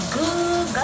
good